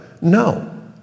No